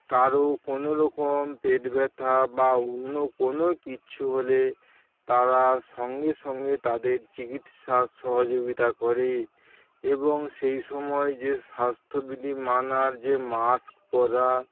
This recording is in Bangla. কারও কোনোরকম পেট ব্যাথা বা অন্য কোন কিছু হলে তারা সঙ্গে সঙ্গে তাদের চিকিৎসা সহযোগিতা করে এবং সেই সময় যে স্বাস্থ্যবিধি মানার যে মাস্ক পরা